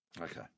Okay